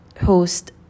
host